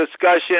discussion